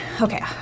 okay